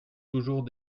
toujours